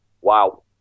Wow